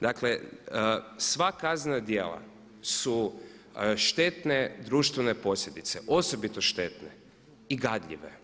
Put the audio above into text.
Dakle, sva kaznena djela su štetne društvene posljedice, osobito štetne i gadljive.